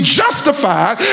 justified